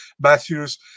Matthews